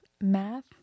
math